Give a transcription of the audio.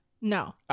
No